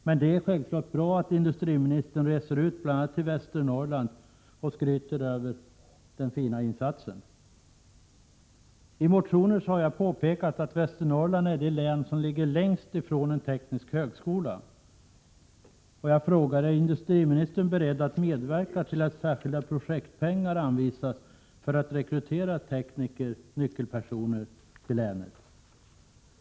Men det år självfallet bra att industriministern reser ut bl.a. till Västernorrland och skryter över den fina insatsen. I motioner har jag påpekat att Västernorrland är det län som ligger längst från en teknisk högskola. Jag frågar: Är industriministern beredd att medverka till att särskilda projektpengar anvisas för att rekrytera tekniker, nyckelpersoner, till länet?